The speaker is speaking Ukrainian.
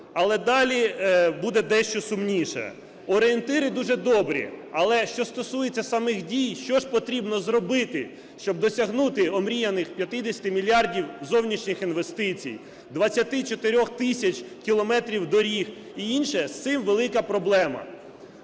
Але далі буде дещо сумніше. Орієнтири дуже добрі. Але що стосується самих дій, що ж потрібно зробити, щоб досягнути омріяних 50 мільярдів зовнішніх інвестицій, 24 тисяч кілометрів доріг і інше – з цим велика проблема.